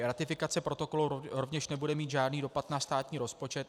Ratifikace Protokolu rovněž nebude mít žádný dopad na státní rozpočet.